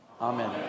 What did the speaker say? Amen